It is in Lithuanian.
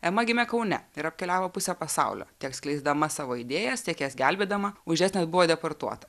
ema gimė kaune ir apkeliavo pusę pasaulio tiek skleisdama savo idėjas tiek jas gelbėdama už jas net buvo deportuota